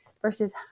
versus